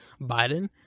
Biden